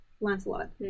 Lancelot